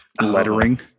lettering